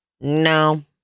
no